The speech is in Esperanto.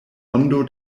ondo